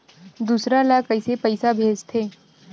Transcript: दूसरा ला कइसे पईसा भेजथे?